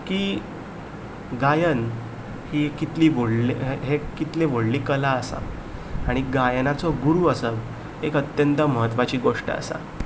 की गायन ही एक कितली ही व्हडली हें कितलें व्हडली कला आसा आनी गायनाचो गुरू आसप एक अत्यंत म्हत्वाची गोश्ट आसा